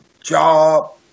job